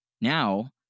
Now